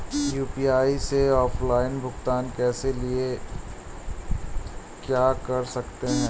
UPI से offline भुगतान के लिए क्या कर सकते हैं?